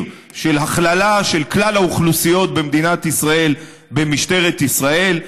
בהכללה של כלל האוכלוסיות במדינת ישראל במשטרת ישראל.